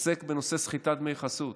עוסק בנושא סחיטת דמי חסות.